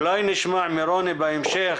אולי נשמע מרוני בהמשך,